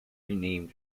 renamed